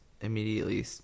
immediately